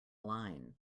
line